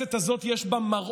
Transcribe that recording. במליאת הכנסת הזו יש מראות